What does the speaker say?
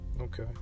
Okay